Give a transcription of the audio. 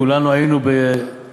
כולנו היינו בהשתוממות,